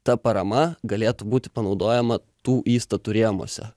ta parama galėtų būti panaudojama tų įstatų rėmuose